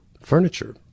furniture